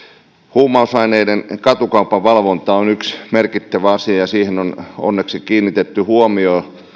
huumausaineiden katukaupan valvonta on yksi merkittävä asia ja siihen on onneksi kiinnitetty huomiota